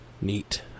neat